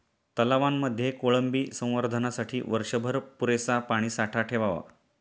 तलावांमध्ये कोळंबी संवर्धनासाठी वर्षभर पुरेसा पाणीसाठा ठेवावा